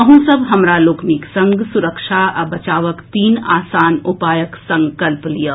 अहूँ सब हमरा लोकनिक संग सुरक्षा आ बचावक तीन आसान उपायक संकल्प लियऽ